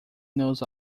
knows